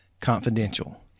Confidential